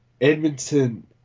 Edmonton